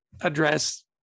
address